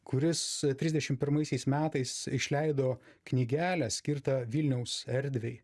kuris trisdešimt pirmaisiais metais išleido knygelę skirtą vilniaus erdvei